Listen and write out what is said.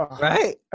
Right